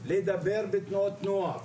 לדבר בתנועות נוער,